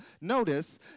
Notice